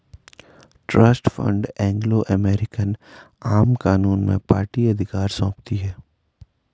trust fund Anglo American आम कानून में पार्टी अधिकार सौंपती है